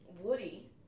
Woody